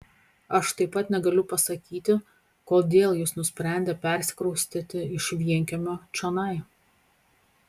aš taip pat negaliu pasakyti kodėl jis nusprendė persikraustyti iš vienkiemio čionai